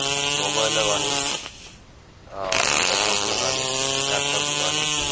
మొబైల్లో గానీ కంప్యూటర్లో గానీ ల్యాప్ట్యాప్లో గానీ